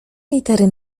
litery